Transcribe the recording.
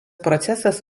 procesas